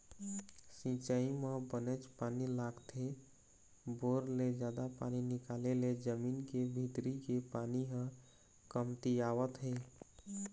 सिंचई म बनेच पानी लागथे, बोर ले जादा पानी निकाले ले जमीन के भीतरी के पानी ह कमतियावत हे